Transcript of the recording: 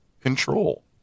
control